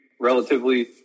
relatively